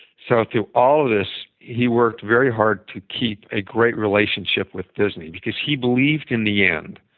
so through all of this, he worked very hard to keep a great relationship with disney because he believed in the end